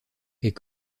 est